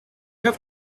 have